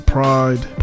Pride